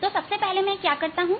तो सबसे पहले मैं क्या करता हूं